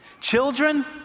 Children